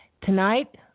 Tonight